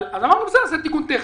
אבל אמרנו, בסדר, זה תיקון טכני.